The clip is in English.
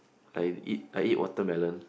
I eat I eat watermelon